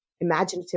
imaginative